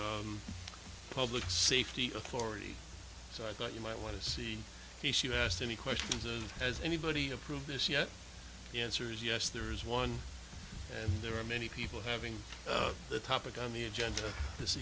the public safety authority so i thought you might want to see he she asked any questions is has anybody approved this yet the answer is yes there is one and there are many people having the topic on the agenda this